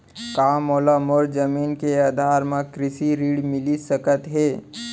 का मोला मोर जमीन के आधार म कृषि ऋण मिलिस सकत हे?